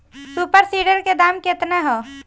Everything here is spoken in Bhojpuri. सुपर सीडर के दाम केतना ह?